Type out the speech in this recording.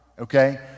okay